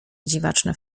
dziwaczne